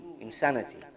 insanity